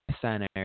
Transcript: center